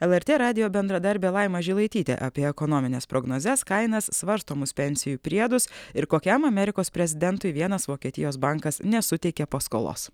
lrt radijo bendradarbė laima žilaitytė apie ekonomines prognozes kainas svarstomus pensijų priedus ir kokiam amerikos prezidentui vienas vokietijos bankas nesuteikė paskolos